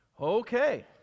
okay